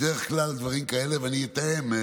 בדרך כלל, דברים כאלה, ואני אתאם,